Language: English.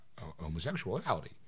homosexuality